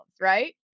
right